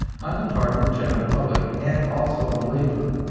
on the part of the general public, and also of labor.